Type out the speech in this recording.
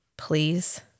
Please